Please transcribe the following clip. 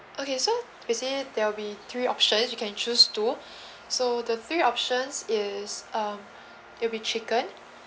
okay so basically there'll be three options you can choose two so the three options is uh it'll be chicken